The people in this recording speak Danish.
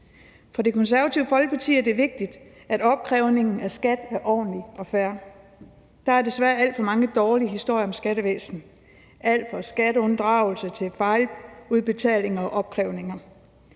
For Det Konservative Folkeparti er det vigtigt, at opkrævningen af skat er ordentlig og fair. Der er desværre alt for mange dårlige historier om skattevæsenet. Det er alt fra skatteunddragelse til fejludbetalinger og -opkrævninger.